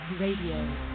Radio